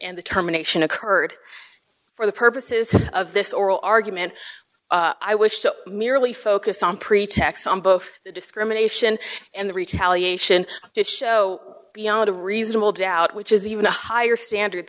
and the terminations occurred for the purposes of this oral argument i wish to merely focus on pretexts on both the discrimination and the retaliation so beyond a reasonable doubt which is even a higher standard